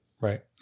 Right